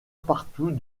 partout